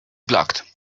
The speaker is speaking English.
blocked